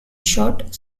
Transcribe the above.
shot